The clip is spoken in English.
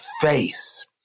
face